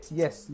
yes